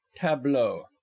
tableau